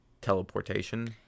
teleportation